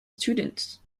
students